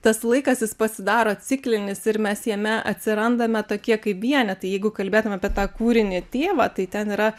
tas laikas jis pasidaro ciklinis ir mes jame atsirandame tokie kaip vienetai jeigu kalbėtume apie tą kūrinį tėvą tai ten yra